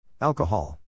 Alcohol